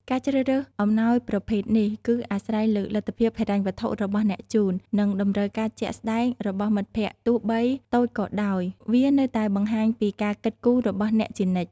ការជ្រើសរើសអំណោយប្រភេទនេះគឺអាស្រ័យលើលទ្ធភាពហិរញ្ញវត្ថុរបស់អ្នកជូន និងតម្រូវការជាក់ស្តែងរបស់មិត្តភក្តិ ទោះបីតូចក៏ដោយ វានៅតែបង្ហាញពីការគិតគូររបស់អ្នកជានិច្ច។